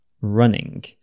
running